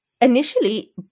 initially